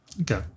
Okay